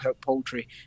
poultry